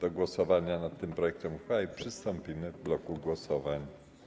Do głosowania nad tym projektem uchwały przystąpimy w bloku głosowań.